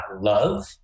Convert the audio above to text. love